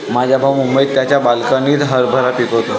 माझा भाऊ मुंबईत त्याच्या बाल्कनीत हरभरा पिकवतो